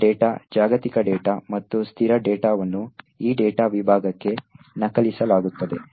ಎಲ್ಲಾ ಡೇಟಾ ಜಾಗತಿಕ ಡೇಟಾ ಮತ್ತು ಸ್ಥಿರ ಡೇಟಾವನ್ನು ಈ ಡೇಟಾ ವಿಭಾಗಕ್ಕೆ ನಕಲಿಸಲಾಗುತ್ತದೆ